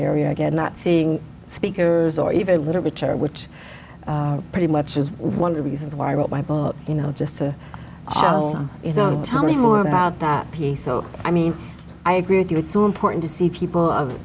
area again not seeing speakers or even literature which pretty much is one of the reasons why i wrote my book you know just to tell me more about that piece so i mean i agree with you it's so important to see people of